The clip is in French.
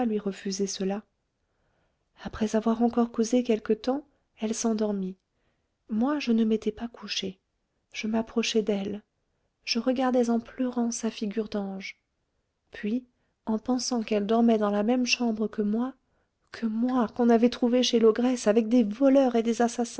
refuser cela après avoir encore causé quelque temps elle s'endormit moi je ne m'étais pas couchée je m'approchai d'elle je regardais en pleurant sa figure d'ange et puis en pensant qu'elle dormait dans la même chambre que moi que moi qu'on avait trouvée chez l'ogresse avec des voleurs et des assassins